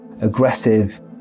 aggressive